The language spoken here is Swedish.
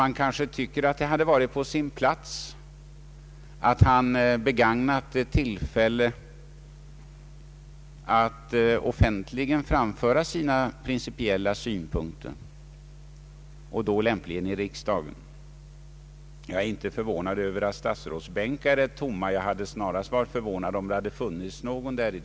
Man tycker ändå att det hade varit på sin plats att han begagnat tillfället att offentligen framföra sina principiella synpunkter, lämpligen här i riksdagen i dag. Jag är inte förvånad över att statsrådsbänkarna nu är tomma. Jag hade snarast varit förvånad om någon hade suttit där.